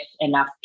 enough